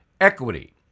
equity